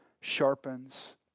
sharpens